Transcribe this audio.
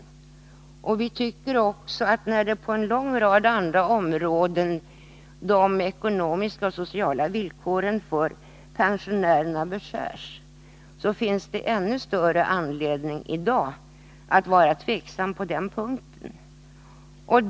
Eftersom de ekonomiska och sociala villkoren för pensionärerna beskärs på en lång rad andra områden tycker vi att det finns ännu större anledning att i dag vara tveksam på den punkten.